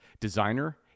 designer